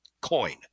coin